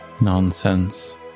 Nonsense